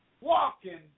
walking